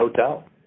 hotel